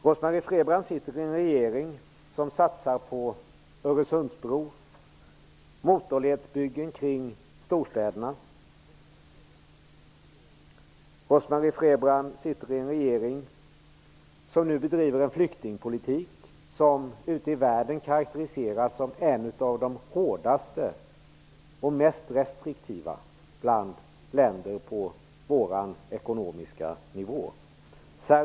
Rose-Marie Frebran sitter i en regering som satsar på en Öresundsbro och på motorledsbyggen kring storstäderna. Rose-Marie Frebran sitter i en regering som nu bedriver en flyktingpolitik som ute i världen karakteriseras som en av de hårdaste och mest restriktiva jämfört med länder på samma ekonomiska nivå som Sverige.